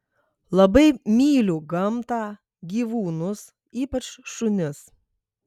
labai myliu gamtą gyvūnus ypač šunis